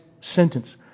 sentence